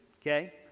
okay